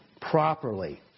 properly